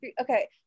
Okay